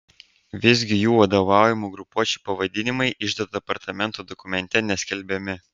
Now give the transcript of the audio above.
visgi jų vadovaujamų grupuočių pavadinimai iždo departamento dokumente neskelbiami